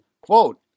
quote